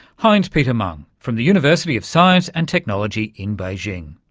heinz peter mang from the university of science and technology in beijing.